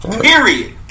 Period